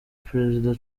prezida